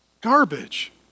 garbage